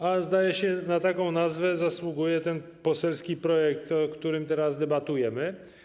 A zdaje się, że na taką nazwę zasługuje ten poselski projekt, o którym teraz debatujemy.